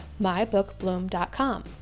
mybookbloom.com